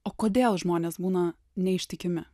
o kodėl žmonės būna neištikimi